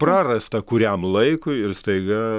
prarasta kuriam laikui ir staiga